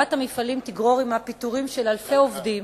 סגירת המפעלים תגרור עמה פיטורים של אלפי עובדים